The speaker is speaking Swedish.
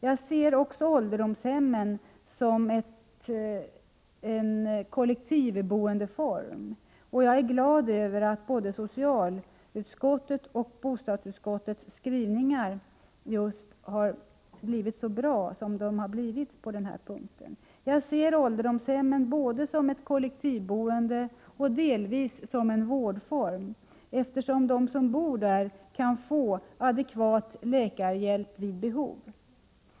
Jag ser också ålderdomshemmen som en kollektivboendeform, och jag är glad över att både socialutskottets och bostadsutskottets skrivning har blivit så bra som de har blivit på denna punkt. Jag ser ålderdomshemmen både som ett kollektivboende och delvis som en vårdform, eftersom de som bor där kan få adekvat läkarhjälp vid behov.